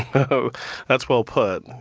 that's well put.